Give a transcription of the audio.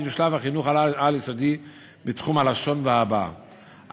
בשלב החינוך העל-יסודי בתחום הלשון וההבעה,